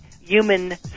human